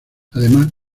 además